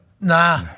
Nah